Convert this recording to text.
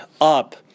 up